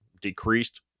decreased